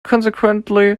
consequently